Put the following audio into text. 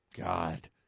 God